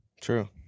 True